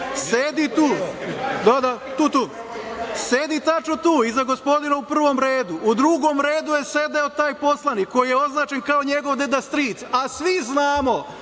sedi tu, da, tu, tačno tu, iza gospodina u prvom redu, a u drugom redu je sedeo taj poslanik koji je označen kao njegov deda stric, a svi znamo